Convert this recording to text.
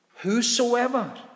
whosoever